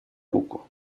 руку